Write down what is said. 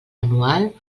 anual